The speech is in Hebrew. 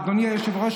אדוני היושב-ראש,